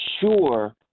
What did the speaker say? sure